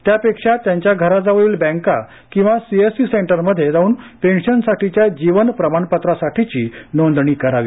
त्यापेक्षा त्यांच्या घराजवळील बँका किंवा सीएससी सेंटर मध्ये जाऊन पेन्शनसाठीच्या जीवन प्रमाणपत्रासाठीची नोंदणी करावी